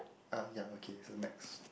uh ya okay so next